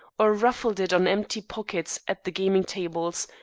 or ruffled it on empty pockets at the gamingtables,